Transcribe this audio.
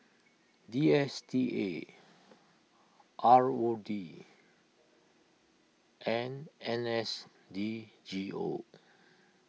D S T A R O D and N S D G O